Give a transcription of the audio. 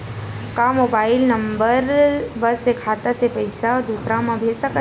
का mobile number बस से खाता से पईसा दूसरा मा भेज सकथन?